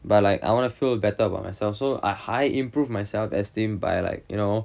but like I want to feel better about myself so ah I improve my self esteem by like you know